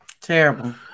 Terrible